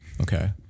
okay